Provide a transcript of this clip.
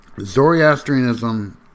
Zoroastrianism